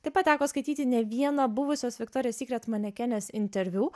taip pat teko skaityti ne vieną buvusios viktorijos sykret manekenės interviu